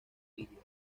rígida